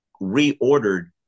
reordered